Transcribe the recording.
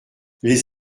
les